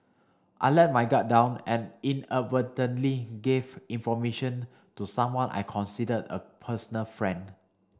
I let my guard down and inadvertently gave information to someone I considered a personal friend